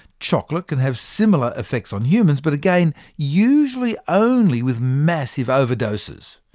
chocolate can have similar effects on humans, but again, usually only with massive overdoses.